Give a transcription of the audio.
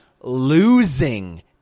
losing